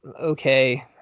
okay